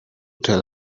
tell